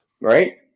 Right